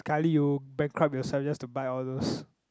sekali bankrupt yourself just to buy all those